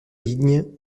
ligne